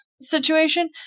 situation